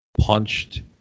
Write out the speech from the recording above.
punched